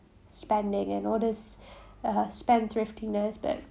spending and all these uh spendthriftiness but